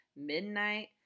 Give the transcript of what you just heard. midnight